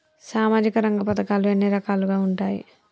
సామాజిక రంగ పథకాలు ఎన్ని రకాలుగా ఉంటాయి?